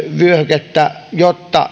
jotta